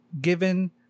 given